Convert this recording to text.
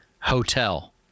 hotel